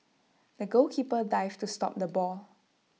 the goalkeeper dived to stop the ball